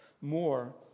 more